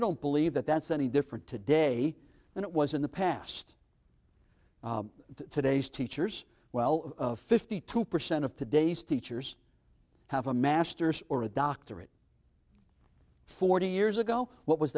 don't believe that that's any different today than it was in the past today's teachers well fifty two percent of today's teachers have a master's or a doctorate forty years ago what was